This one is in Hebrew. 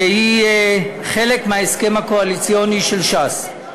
והיא חלק מההסכם הקואליציוני של ש"ס.